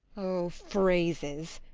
oh, phrases!